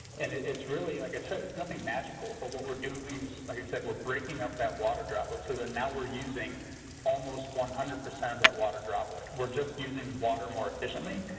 and it's really like i said it's nothing magical. but what we're doing like i said, we're breaking up that water droplet so that now we're using almost one hundred percent of that water droplet. we're just using water more efficiently.